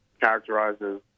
characterizes